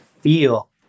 feel